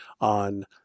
on